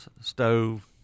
stove